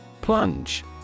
plunge